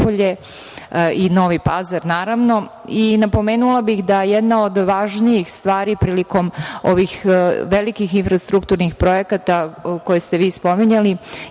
i Novi Pazar, naravno. Napomenula bih da jedna od važnijih stvari prilikom ovih velikih infrastrukturnih projekata koje ste vi spominjali